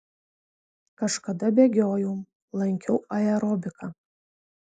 kažkada bėgiojau lankiau aerobiką